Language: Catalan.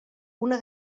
una